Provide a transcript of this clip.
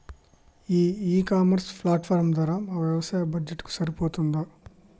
ఈ e commerce platform ధర మా వ్యవసాయ బడ్జెట్ కు సరిపోతుందా?